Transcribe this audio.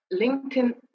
LinkedIn